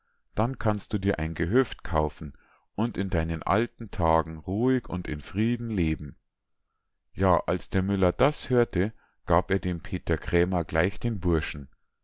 dann kannst du dir ein gehöft kaufen und in deinen alten tagen ruhig und in frieden leben ja als der müller das hörte gab er dem peter krämer gleich den burschen